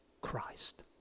Christ